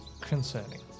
concerning